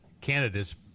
candidates